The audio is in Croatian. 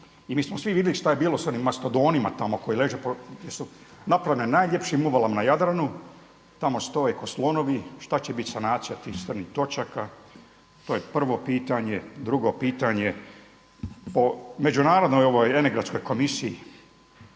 i mi smo svi vidjeli šta je bilo s onim mastodonima tamo koji leže jer su napravljene u najljepšim uvalama na Jadranu, tamo stoje ko slonovi. Šta će biti sanacija tih crnih točaka? To je prvo pitanje. Drugo pitanje. Međunarodnoj … komisiji